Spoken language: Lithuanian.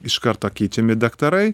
iš karto keičiami daktarai